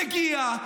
מגיע,